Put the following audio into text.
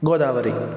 Godavari